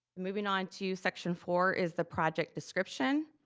moving onto section four is the project description.